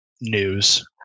news